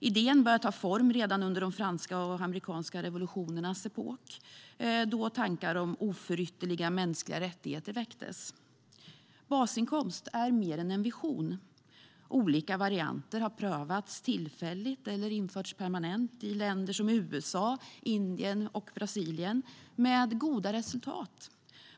Idén började ta form redan under de franska och amerikanska revolutionernas epok, då tankar om oförytterliga mänskliga rättigheter väcktes. Basinkomst är mer än en vision. Olika varianter har prövats tillfälligt eller införts permanent i länder som USA, Indien och Brasilien, med goda resultat.